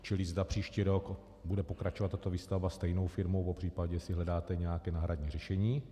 Čili zda příští rok bude pokračovat tato výstavba stejnou firmou, popřípadě jestli hledáte nějaké náhradní řešení.